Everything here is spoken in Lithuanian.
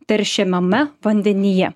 teršiamame vandenyje